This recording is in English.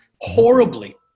Horribly